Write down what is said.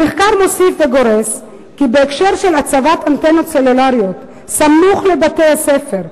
המחקר מוסיף וגורס כי בהקשר של הצבת אנטנות סלולריות סמוך לבתי-הספר,